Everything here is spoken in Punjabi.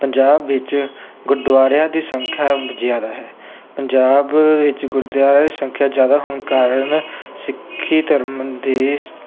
ਪੰਜਾਬ ਵਿੱਚ ਗੁਰਦੁਆਰਿਆਂ ਦੀ ਸੰਖਿਆ ਜ਼ਿਆਦਾ ਹੈ ਪੰਜਾਬ ਵਿੱਚ ਗੁਰਦੁਆਰਿਆਂ ਦੀ ਸੰਖਿਆ ਜ਼ਿਆਦਾ ਹੋਣ ਕਾਰਨ ਸਿੱਖੀ ਧਰਮ ਦੇ